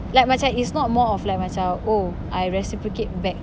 like macam is not more of like macam oh I reciprocate back